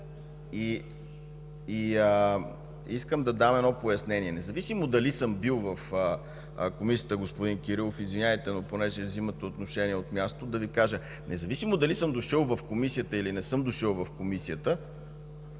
Данаил Кирилов.) Независимо дали съм бил в Комисията, господин Кирилов – извинявайте, но понеже вземате отношение от място, да Ви кажа. Независимо дали съм дошъл в Комисията, или не съм дошъл в Комисията,